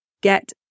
get